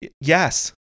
yes